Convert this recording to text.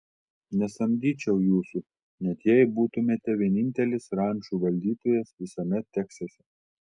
nesamdyčiau jūsų net jei būtumėte vienintelis rančų valdytojas visame teksase